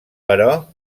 però